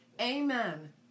Amen